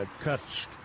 cuts